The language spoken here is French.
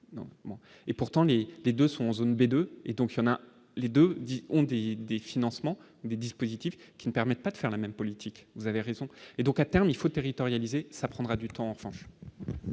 et pourtant les les 2 sont zone B2 et donc si on a les 2 dit on dit des financements des dispositifs qui ne permettent pas de faire la même politique, vous avez raison, et donc à terme il faut territorialiser ça prendra du temps en France.